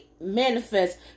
manifest